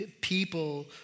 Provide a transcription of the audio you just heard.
people